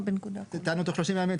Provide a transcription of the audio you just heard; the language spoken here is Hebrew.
תענו תוך 30 ימים,